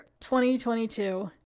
2022